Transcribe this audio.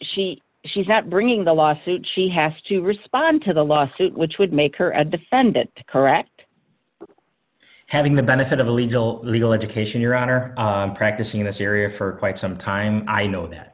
she she's not bringing the lawsuit she has to respond to the lawsuit which would make her a defendant correct having the benefit of a legal legal education your honor practicing in this area for quite some time i know that